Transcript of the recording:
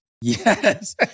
Yes